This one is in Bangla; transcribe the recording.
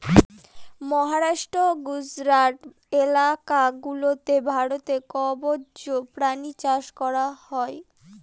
মহারাষ্ট্র, গুজরাট এলাকা গুলাতে ভারতে কম্বোজ প্রাণী চাষ করা হয়